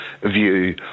view